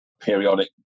periodic